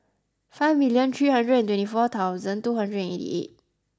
five million three hundred and twenty four thousand two hundred and eighty eight